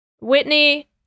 Whitney